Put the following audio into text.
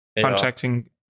contracting